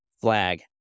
flag